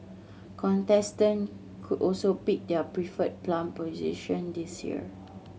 contestant could also pick their preferred palm position this year